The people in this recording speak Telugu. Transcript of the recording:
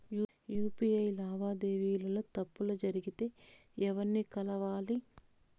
యు.పి.ఐ లావాదేవీల లో తప్పులు జరిగితే ఎవర్ని కలవాలి?